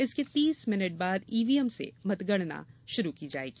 इसके तीस मिनट बाद ईवीएम से मतगणना आरंभ की जायेगी